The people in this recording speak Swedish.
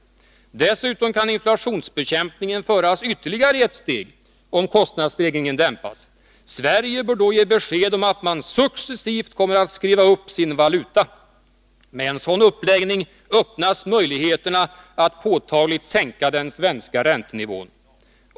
Dessutom kan inflationsbekämpningen föras ytterligare ett steg— om kostnadsstegringen dämpas. Sverige bör då ge besked om att man successivt kommer att skriva upp sin valuta. Med en sådan uppläggning öppnas möjligheterna att påtagligt sänka den svenska räntenivån.